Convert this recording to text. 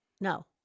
No